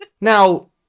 Now